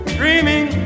dreaming